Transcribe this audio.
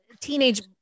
teenage